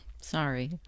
Sorry